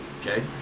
okay